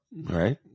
right